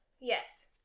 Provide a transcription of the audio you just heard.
Yes